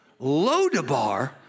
Lodabar